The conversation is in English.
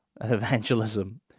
evangelism